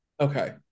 Okay